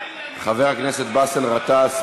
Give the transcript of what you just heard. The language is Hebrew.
חבר הכנסת באסל גטאס,